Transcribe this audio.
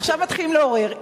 עכשיו מתחילים לעורר.